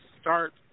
start